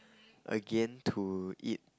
again to eat